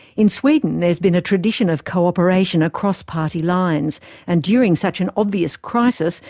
in sweden there has been a tradition of co-operation across party lines and during such an obvious crisis,